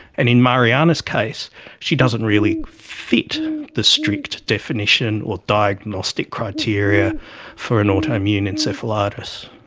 and in mariana's case she doesn't really fit the strict definition or diagnostic criteria for an autoimmune encephalitis.